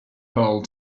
hall